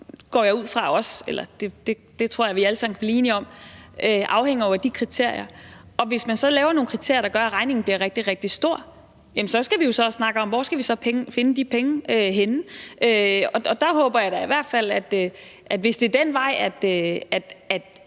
det. Det økonomiske beløb – det tror jeg også vi alle sammen kan blive enige om – afhænger jo af de kriterier, og hvis man så laver nogle kriterier, der gør, at regningen bliver rigtig, rigtig stor, skal vi jo snakke om, hvor vi så skal finde de penge henne. Der håber jeg da i hvert fald, hvis det er den vej, Det